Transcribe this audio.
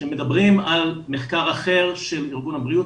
כשמדברים על מחקר אחר של ארגון הבריאות